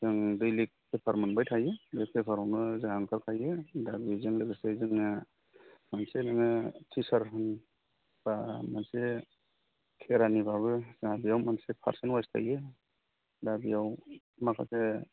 जों daily paper मोनबाय थायो बे पेपारावनो जाहा ओंखारखायो दा बेजों लोगोसे जोंहा मोनसे नोङो टिचारनि बा मोनसे खेरानिब्लाबो बेयाव मोनसे पार्सेन्टेज अवाइस थायो दा बेयाव माखासे